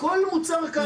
כל מוצר קנאביס.